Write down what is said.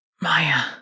Maya